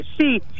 see